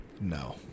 No